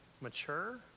mature